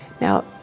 Now